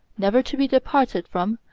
never to be departed from,